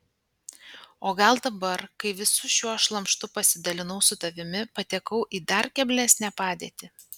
o gal dabar kai visu šiuo šlamštu pasidalinau su tavimi patekau į dar keblesnę padėtį